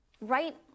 right